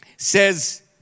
Says